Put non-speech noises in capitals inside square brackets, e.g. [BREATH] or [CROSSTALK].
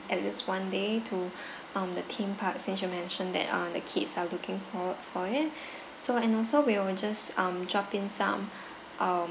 at least one day to [BREATH] um the theme park since you mentioned that uh the kids are looking forward for it so and also we will just um drop in some um